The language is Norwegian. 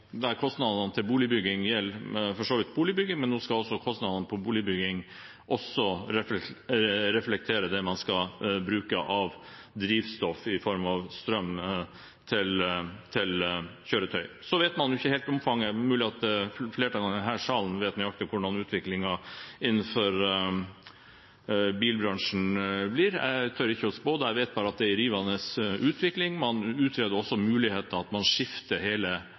til boligbygging for så vidt gjelder boligbygging, til at kostnaden til boligbygging nå også skal reflektere det man skal bruke av drivstoff i form av strøm til kjøretøy. Så vet man ikke helt omfanget. Det er mulig at flertallet i denne salen vet nøyaktig hvordan utviklingen innen bilbransjen blir. Jeg tør ikke spå. Jeg vet bare at det er en rivende utvikling. Man utreder også muligheten for at man skifter hele